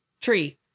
tree